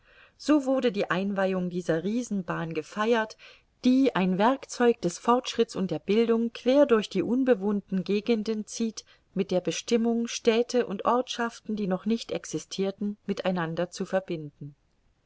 so wurde die einweihung dieser riesenbahn gefeiert die ein werkzeug des fortschritts und der bildung quer durch die unbewohnten gegenden zieht mit der bestimmung städte und ortschaften die noch nicht existirten mit einander zu verbinden